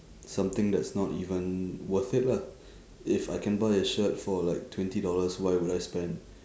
something that's not even worth it lah if I can buy a shirt for like twenty dollars why would I spend